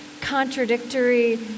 contradictory